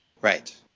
Right